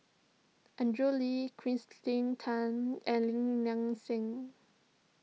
Andrew Lee Kirsten Tan and Lim Nang Seng